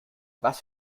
was